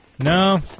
No